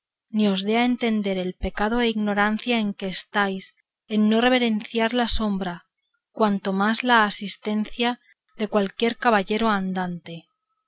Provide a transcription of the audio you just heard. os dé a entender el pecado e ignorancia en que estáis en no reverenciar la sombra cuanto más la asistencia de cualquier caballero andante